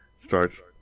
Starts